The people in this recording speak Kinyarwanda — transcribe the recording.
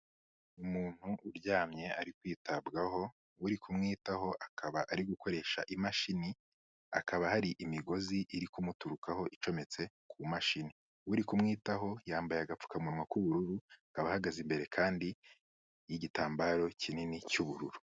Umuntu uryamye ari kwitabwaho, uri kumwitaho akaba ari gukoresha imashini. Akaba hari imigozi iri kumuturukaho icometse ku mashini, uri kumwitaho yambaye agapfukamuwa k'ubururu. Akaba ahagaze imbere kandi y'igitambaro kinini cy'ubururu.